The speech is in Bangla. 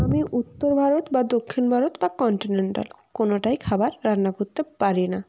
আমি উত্তর ভারত বা দক্ষিণ ভারত বা কন্টিনেন্টাল কোনোটাই খাবার রান্না করতে পারি না